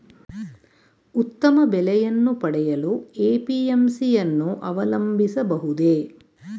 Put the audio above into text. ಉತ್ತಮ ಬೆಲೆಯನ್ನು ಪಡೆಯಲು ಎ.ಪಿ.ಎಂ.ಸಿ ಯನ್ನು ಅವಲಂಬಿಸಬಹುದೇ?